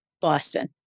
Boston